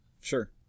Sure